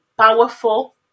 powerful